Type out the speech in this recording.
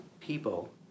people